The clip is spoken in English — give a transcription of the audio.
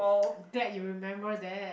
glad you remember that